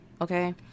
Okay